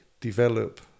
develop